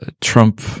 Trump